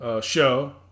show